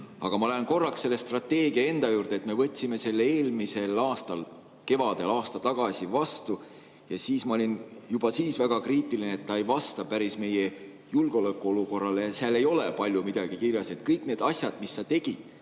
Aga ma lähen korraks selle strateegia enda juurde. Me võtsime selle eelmise aasta kevadel, aasta tagasi vastu. Ma olin juba siis väga kriitiline, et see ei vasta päris meie julgeolekuolukorrale ja seal ei ole palju midagi kirjas. Kõiki neid asju, mida sa tegid